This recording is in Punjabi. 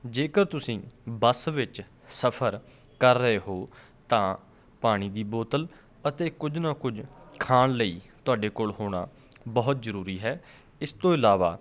ਜੇਕਰ ਤੁਸੀਂ ਬੱਸ ਵਿੱਚ ਸਫਰ ਕਰ ਰਹੇ ਹੋ ਤਾਂ ਪਾਣੀ ਦੀ ਬੋਤਲ ਅਤੇ ਕੁਝ ਨਾ ਕੁਝ ਖਾਣ ਲਈ ਤੁਹਾਡੇ ਕੋਲ ਹੋਣਾ ਬਹੁਤ ਜ਼ਰੂਰੀ ਹੈ ਇਸ ਤੋਂ ਇਲਾਵਾ